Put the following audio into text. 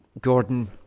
Gordon